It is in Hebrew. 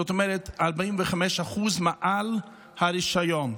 זאת אומרת 45% מעל הרישיון.